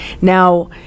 Now